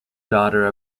daughter